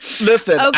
Listen